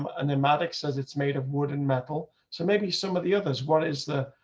and the magic says it's made of wood and metal. so, maybe some of the others. what is the,